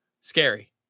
Scary